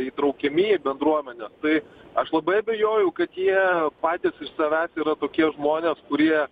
įtraukiami į bendruomenę tai aš labai abejoju kad jie patys iš savęs yra tokie žmonės kurie